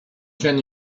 can